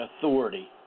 authority